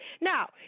Now